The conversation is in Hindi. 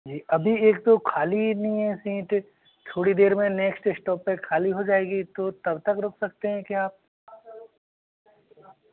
जी अभी एक तो खाली नहीं है सीट थोड़ी देर में नेक्श्ट इस्टॉप पर खाली हो जाएगी तो तब तक रुक सकते हैं क्या आप